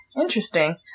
Interesting